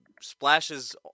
splashes